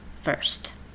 first